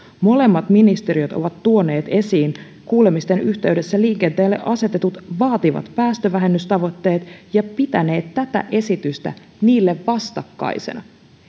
molemmat ministeriöt ovat tuoneet esiin kuulemisen yhteydessä liikenteelle asetetut vaativat päästövähennystavoitteet ja pitäneet tätä esitystä niille vastakkaisena